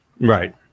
right